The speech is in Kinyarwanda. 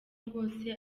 rwose